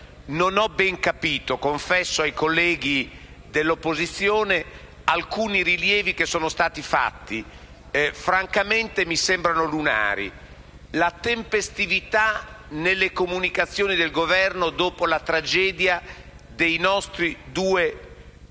Non ho ben capito - confesso ai colleghi dell'opposizione - alcuni rilievi che sono stati mossi, che francamente mi sembrano lunari: la tempestività nelle comunicazioni del Governo dopo la tragedia dei nostri due cittadini,